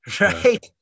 right